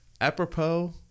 Apropos